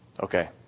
Okay